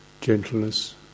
gentleness